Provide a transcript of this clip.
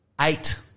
eight